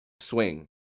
swing